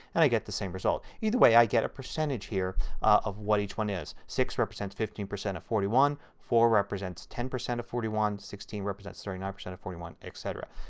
and i get the same result. either way i get a percentage here of what each one is. six represents fifteen percent of forty one, four represents ten percent of forty one, sixteen represents thirty nine percent of forty one, etc.